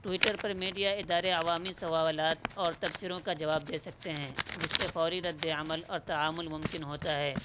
Twitter پر media ادارے عوامی سوالات اور تبصروں کا جواب دے سکتے ہیں جس سے فوری رد عمل اور تعامل ممکن ہوتا ہے